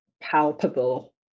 palpable